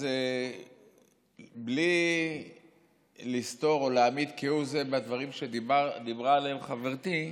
אז בלי לסתור או להמעיט כהוא זה מהדברים שדיברה עליהם חברתי,